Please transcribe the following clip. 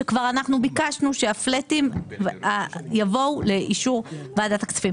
שאנחנו ביקשנו שהפלטים יבואו לאישור ועדת הכספים.